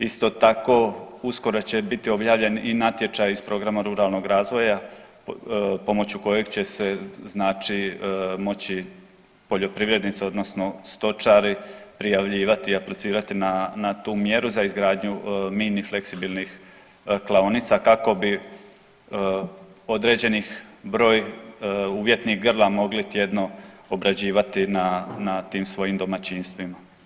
Isto tako uskoro će biti objavljen i natječaj iz programa ruralnog razvoja pomoću kojeg će se, znači moći poljoprivrednici, odnosno stočari prijavljivati i aplicirati na tu mjeru za izgradnju mini fleksibilnih klaonica kako bi određeni broj uvjetnih grla mogli tjedno obrađivati na tim svojim domaćinstvima.